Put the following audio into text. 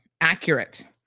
accurate